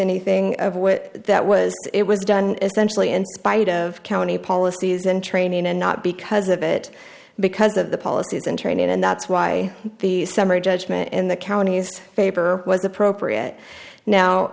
anything of which that was it was done essentially in spite of county policies and training and not because of it because of the policies and training and that's why the summary judgment in the counties paper was appropriate now